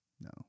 No